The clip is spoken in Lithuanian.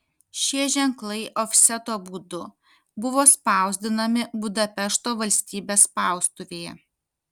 šie ženklai ofseto būdu buvo spausdinami budapešto valstybės spaustuvėje